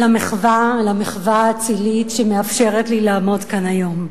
על המחווה האצילית שמאפשרת לי לעמוד כאן היום.